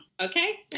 Okay